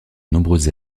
nombreuses